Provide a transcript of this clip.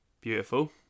beautiful